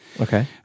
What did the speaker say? Okay